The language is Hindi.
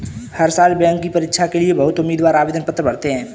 हर साल बैंक की परीक्षा के लिए बहुत उम्मीदवार आवेदन पत्र भरते हैं